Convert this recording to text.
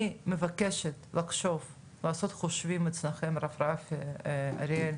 אני מבקשת לעשות חושבים אצלכם, הרב רפי והראל,